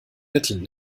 mitteln